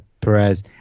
Perez